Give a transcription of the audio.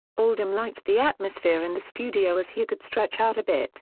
oldham liked the atmosphere in the studio as he could stretch out a bit,